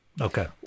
Okay